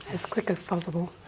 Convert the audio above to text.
as quick as possible.